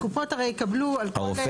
הקופות הרי יקבלו על כל,